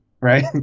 right